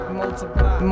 multiply